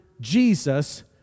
Jesus